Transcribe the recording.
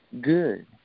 good